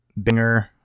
binger